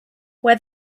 where